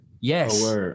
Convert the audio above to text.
Yes